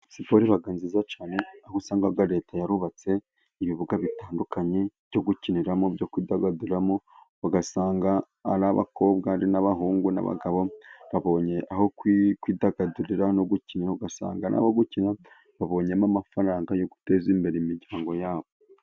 Siporo iba nziza cyane, aho usanga leta yarubatse ibibuga bitandukanye byo gukiniramo, byo kwidagaduramo. Ugasanga ari abakobwa ari n'abahungu n'abagabo, babonye aho kwidagadurira. Ugasanga nabari gukina babonyemo amafaranga yo guteza imbere imiryango yabo.